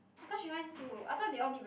I thought she went to I thought they all did very